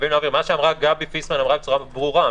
מה שאמרה גבי פיסמן בצורה ברורה,